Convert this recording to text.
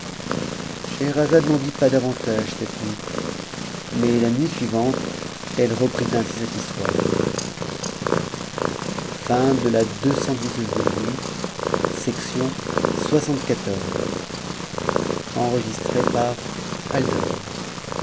scheherazade n'en dit pas davantage cette nuit mais la nuit suivante c e reprit ainsi cette histoire ccxx nuit